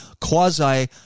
quasi-